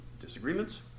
disagreements